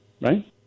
right